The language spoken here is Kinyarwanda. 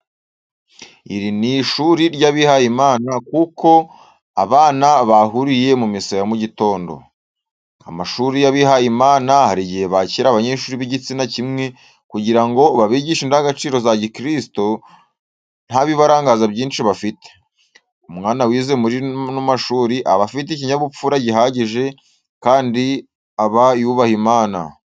Iri ni ishuri ry'abihaye Imana kuko abana bahuriye muri misa ya mugitondo. Amashuri y'abihaye Imana hari igihe bakira abanyeshuri b'igitsina kimwe kugira babigishe indangagaciro za gikristu nta bibarangaza byinshi bafite. Umwana wize muri ano mashuri aba afite ikinyabupfura gihagije kandi aba yubaha Imana.